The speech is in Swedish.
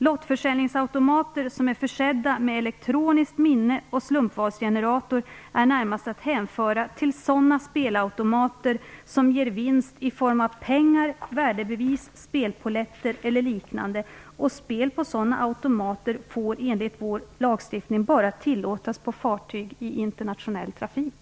Lottförsäljningsautomater som är försedda med elektroniskt minne och slumpvalsgenerator är närmast att hänföra till sådana spelautomater som ger vinst i form av pengar, värdebevis, spelpolletter eller liknande. Spel på sådana automater får enligt vår lagstiftning bara tillåtas på fartyg i internationell trafik.